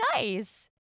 nice